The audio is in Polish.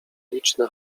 liczne